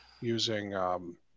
using